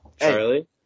Charlie